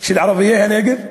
של ערביי הנגב,